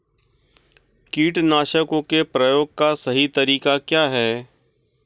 कीटनाशकों के प्रयोग का सही तरीका क्या है?